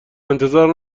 انتظار